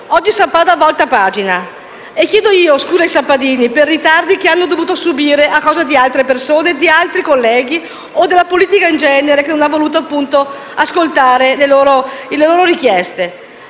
Oggi Sappada volta pagina e chiedo scusa ai sappadini per i ritardi che hanno dovuto subire a causa di altre persone, di altri colleghi, o della politica in genere che non ha voluto ascoltare le loro richieste.